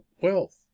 wealth